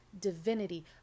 divinity